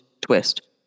twist